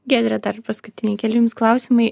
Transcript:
giedre dar paskutiniai keli jums klausimai